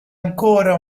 ancora